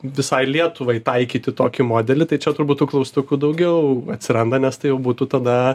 visai lietuvai taikyti tokį modelį tai čia turbūt tų klaustukų daugiau atsiranda nes tai jau būtų tada